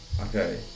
Okay